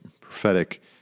prophetic